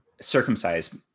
circumcised